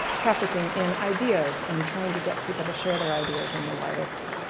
trafficking in ideas and trying to get people to share their ideas in the widest,